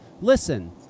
listen